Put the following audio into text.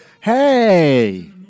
hey